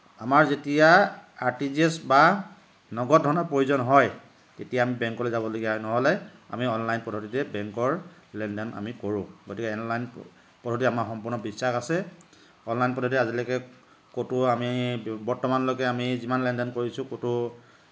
আমাৰ যেতিয়া R T G S বা নগদ ধনৰ প্ৰয়োজন হয় তেতিয়া আমি বেংকলৈ যাবলগীয়া হয় নহ'লে আমি অনলাইন পদ্ধতিতে বেংকৰ লেনদেন আমি কৰোঁ গতিকে অনলাইন পদ্ধতিত আমাৰ সম্পূৰ্ণ বিশ্বাস আছে অনলাইন পদ্ধতিৰে আজিলৈকে ক'তো আমি বৰ্তমানলৈকে আমি যিমান লেনদেন কৰিছোঁ ক'তো